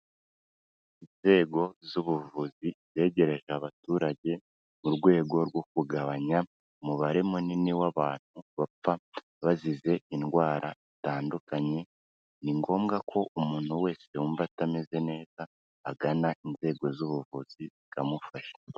Inzego z'ubuvuzi zegereje abaturage, urwego rwo kugabanya umubare munini w'abantu bapfa bazize indwara itandukanye; ni ngombwa ko umuntu wese yumva atameze neza agana inzego z'ubuvuzi zikamufasha.